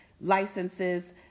licenses